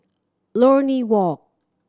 Lornie Walk